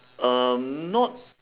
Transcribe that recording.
um not